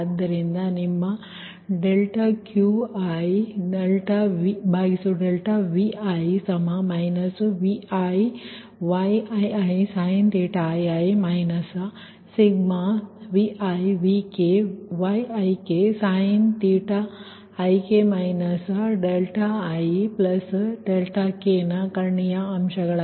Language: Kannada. ಆದ್ದರಿಂದ ನಿಮ್ಮ ∂Qi∂Vi |Vi||Yii|sinii k1n|Vi‖Vk‖Yik|⁡sin⁡θik ik ನ ಕರ್ಣೀಯ ಅಂಶಗಳು